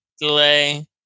delay